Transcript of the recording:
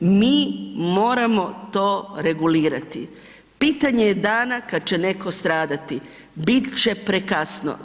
Mi moramo to regulirati, pitanje je dana kad će netko stradati, bit će prekasno.